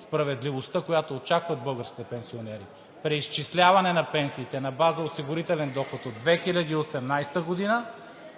справедливостта, която очакват българските пенсионери – преизчисляване на пенсиите на базата на осигурителен доход от 2018 г.,